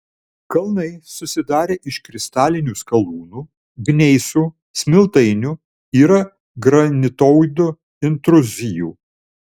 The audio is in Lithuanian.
kalnai susidarę iš kristalinių skalūnų gneisų smiltainių yra granitoidų intruzijų